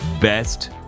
Best